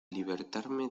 libertarme